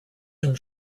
him